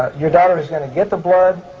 your daughter is going to get the blood.